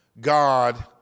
God